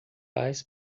paz